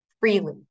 freely